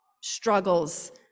struggles